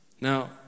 Now